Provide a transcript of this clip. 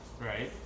right